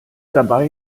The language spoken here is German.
dabei